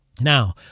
Now